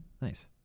Nice